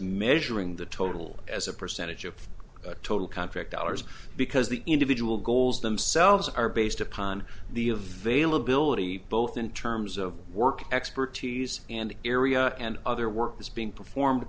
measuring the total as a percentage of total contract dollars because the individual goals themselves are based upon the a veil ability both in terms of work expertise and area and other work is being performed